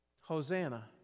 Hosanna